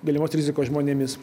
galimos rizikos žmonėmis